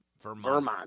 Vermont